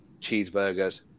cheeseburgers